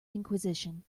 inquisition